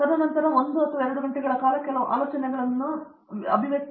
ತದನಂತರ ಅವರು 1 ಅಥವಾ 2 ಗಂಟೆಗಳ ಕಾಲ ಕೆಲವು ಆಲೋಚನೆಗಳನ್ನು ಪಡೆಯಲು ದೂರ ಹೋಗುತ್ತಾರೆ